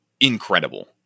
incredible